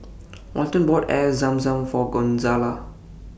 Walton bought Air Zam Zam For Gonzalo